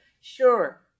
Sure